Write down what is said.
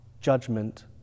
judgment